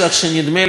אם אני לא טועה,